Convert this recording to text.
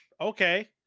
okay